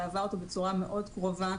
מלווה אותו בצורה מאוד קרובה,